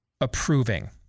approving